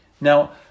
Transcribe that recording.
Now